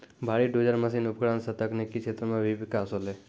भारी dozer machine उपकरण सें तकनीकी क्षेत्र म भी बिकास होलय